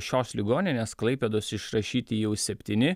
šios ligoninės klaipėdos išrašyti jau septyni